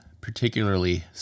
particularly